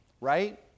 right